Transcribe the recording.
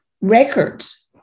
records